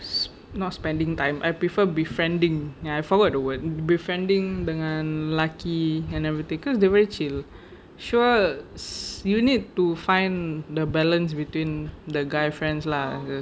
not spending time I prefer befriending ya I forgot the word befriending dengan lelaki and everything because they very chill sure you need to find the balance between the guy friends lah